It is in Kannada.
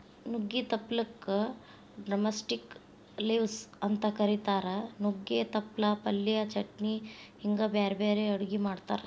ನುಗ್ಗಿ ತಪ್ಪಲಕ ಡ್ರಮಸ್ಟಿಕ್ ಲೇವ್ಸ್ ಅಂತ ಕರೇತಾರ, ನುಗ್ಗೆ ತಪ್ಪಲ ಪಲ್ಯ, ಚಟ್ನಿ ಹಿಂಗ್ ಬ್ಯಾರ್ಬ್ಯಾರೇ ಅಡುಗಿ ಮಾಡ್ತಾರ